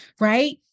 right